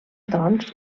doncs